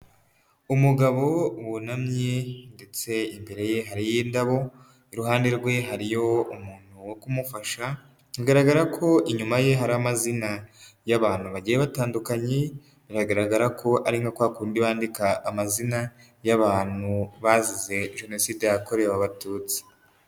Umugabo wunamye ndetse imbere ye hariyo indabo, iruhande rwe hariyo umuntu wo kumufasha, bigaragara ko inyuma ye hari amazina y'abantu bagiye batandukanye, biragaragara ko ari nka kwa kundi bandika amazina y'abantu bazize Jenoside yakorewe abatutsi.